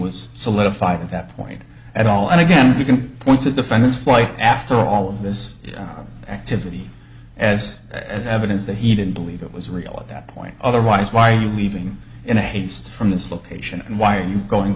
was solidified at that point at all and again you can point to defend his flight after all of this activity as evidence that he didn't believe it was real at that point otherwise why are you leaving in haste from this location and why are you going